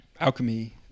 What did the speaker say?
alchemy